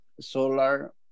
solar